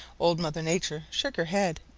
old mother nature shook her head.